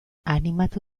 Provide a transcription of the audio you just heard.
animatu